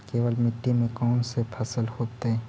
केवल मिट्टी में कौन से फसल होतै?